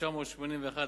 התשמ"א 1981,